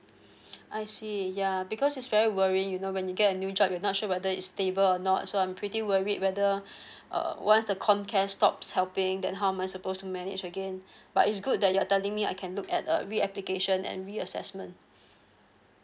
I see ya because it's very worrying you know when you get a new job you're not sure whether it's stable or not so I'm pretty worried whether uh once the comcare stops helping then how am I supposed to manage again but it's good that you're telling me I can look at a reapplication and reassessment